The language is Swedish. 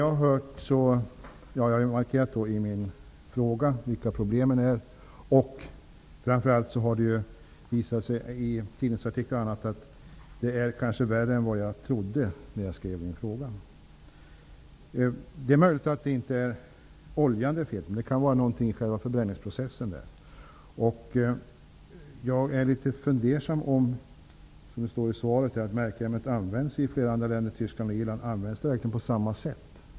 Jag har i min fråga markerat vilka problemen är. Det har visat sig framför allt genom tidningsartiklar och annat att problemen var värre än vad jag trodde när jag skrev min fråga. Det är möjligt att det inte är oljan som det är fel på. Det kan vara någonting i förbränningsprocessen. Jag är litet fundersam över det som sägs i svaret, att märkämnet används i flera andra länder, däribland Tyskland och Irland. Används det verkligen på samma sätt?